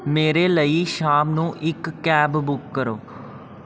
ਮੇਰੇ ਲਈ ਸ਼ਾਮ ਨੂੰ ਇੱਕ ਕੈਬ ਬੁੱਕ ਕਰੋ